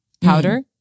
powder